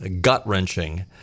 gut-wrenching